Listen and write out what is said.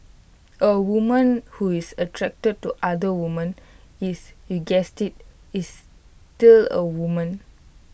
A woman who is attracted to other women is you guessed IT is still A woman